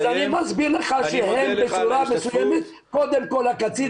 אז אני מסביר לך שהם בצורה מסוימת קודם כל הקצין